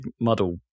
muddle